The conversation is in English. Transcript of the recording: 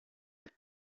and